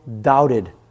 doubted